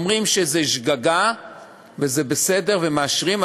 אומרים שזאת שגגה וזה בסדר ומאשרים,